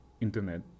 internet